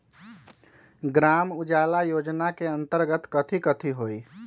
ग्राम उजाला योजना के अंतर्गत कथी कथी होई?